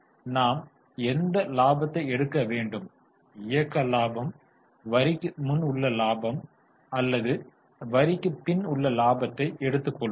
எனவே நாம் எந்த லாபத்தை எடுக்க வேண்டும் இயக்க லாபம் வரிக்கு முன் உள்ள லாபம் அல்லது வரிக்குப் பின் உள்ள லாபத்தை எடுத்து கொள்வோம்